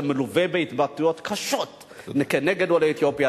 זה מלווה בהתבטאויות קשות כנגד עולי אתיופיה.